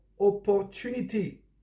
opportunity